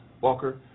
Walker